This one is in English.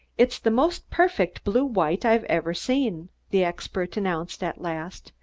it's the most perfect blue-white i've ever seen, the expert announced at last.